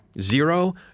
zero